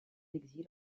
exil